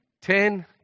ten